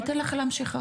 אני אתן לך להמשיך,